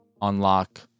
unlock